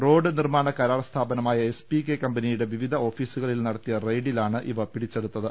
road നിർമാണ കരാർ സ്ഥാപനമായ എസ്പികെ കമ്പനിയുടെ വിവിധ ഓഫീസുകളിൽ നടത്തിയ റെയ്ഡിലാണ് ഇവ പിടിച്ചെടുത്തത്